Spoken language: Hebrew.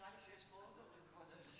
מדד מדלן,